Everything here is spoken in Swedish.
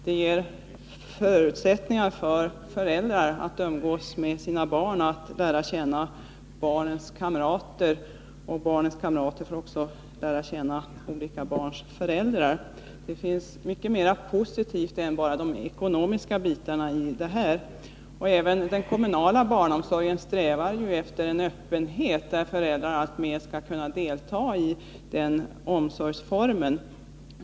Det ger förutsättningar för föräldrar att umgås med sina barn, att lära känna barns kamrater, och barns kamrater lär också känna olika barns föräldrar. Det finns i det här mycket mera positivt än bara de ekonomiska fördelarna. Även den kommunala barnomsorgen strävar efter en öppenhet, där föräldrarna mer skall kunna delta i omsorgen.